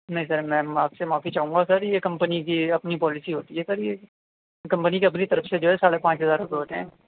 نہیں سر میں آپ سے معافی چاہوں گا سر یہ کمپنی کی اپنی پالیسی ہوتی ہے سر یہ کمپنی کے اپنی طرف سے جو ہے ساڑھے پانچ ہزار روپیے ہوتے ہیں